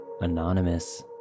Anonymous